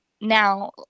now